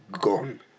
gone